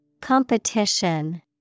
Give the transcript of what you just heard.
Competition